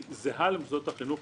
היא זהה למוסדות החינוך